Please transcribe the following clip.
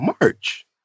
march